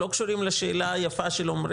לא קשורים לשאלה היפה של עומר,